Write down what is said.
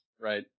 Right